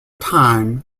time